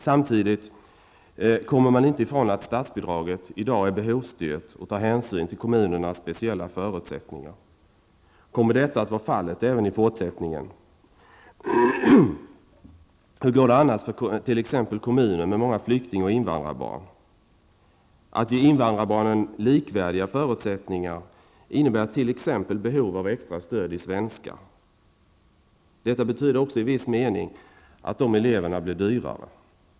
Samtidigt kommer man inte ifrån att statsbidraget i dag är behovsstyrt och tar hänsyn till kommunernas speciella förutsättningar. Kommer detta att vara fallet även i fortsättningen? Hur går det annars för t.ex. kommuner med många flykting och invandrarbarn? Att ge invandrarbarnen likvärdiga förutsättningar innebär t.ex. att tillgodose behov av extra stöd i svenska. Detta betyder också i viss mening att de eleverna blir dyrare.